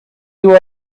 you